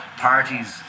parties